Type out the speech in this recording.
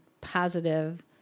positive